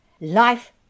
Life